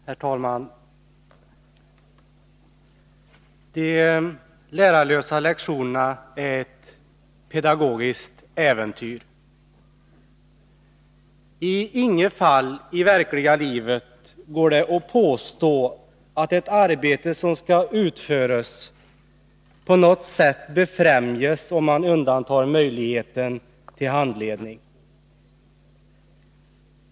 Herr talman! De lärarlösa lektionerna är ett pedagogiskt äventyr. Inte i något fall i verkliga livet går det att påstå att utförandet av ett arbete på något sätt befrämjas om man undantar möjligheten till handledning.